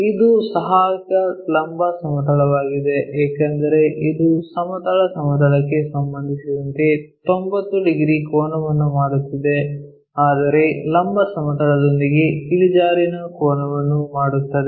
ಇದು ಸಹಾಯಕ ಲಂಬ ಸಮತಲವಾಗಿದೆ ಏಕೆಂದರೆ ಇದು ಈ ಸಮತಲ ಸಮತಲಕ್ಕೆ ಸಂಬಂಧಿಸಿದಂತೆ 90 ಡಿಗ್ರಿ ಕೋನವನ್ನು ಮಾಡುತ್ತಿದೆ ಆದರೆ ಲಂಬ ಸಮತಲದೊಂದಿಗೆ ಇಳಿಜಾರಿನ ಕೋನವನ್ನು ಮಾಡುತ್ತದೆ